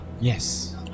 Yes